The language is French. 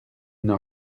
n’en